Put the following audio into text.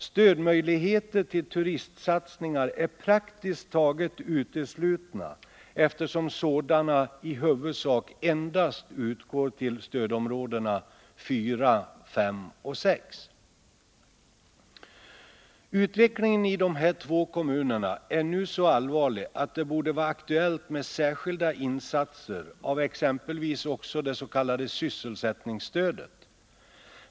Stödmöjligheter till turistsatsningar är praktiskt taget uteslutna, eftersom sådana i huvudsak endast utgår till stödområdena 4, 5 och 6. Utvecklingen i de här två kommunerna är så allvarlig att det borde vara aktuellt med särskilda insatser i form av exempelvis det s.k. sysselsättningsstödet.